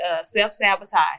self-sabotage